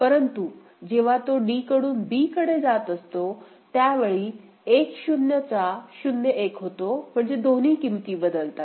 परंतु जेव्हा तो d कडून b कडे जात असतो त्यावेळी 1 0 चा 0 1 होतो म्हणजे दोन्ही किमती बदलतात